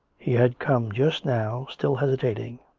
he had come just now, still hesitating.